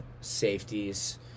safeties